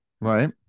right